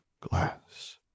glass